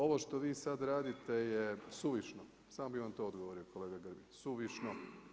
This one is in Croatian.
Ovo što vi sad radite je suvišno, samo bih vam to odgovorio kolega Grbin suvišno.